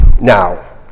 now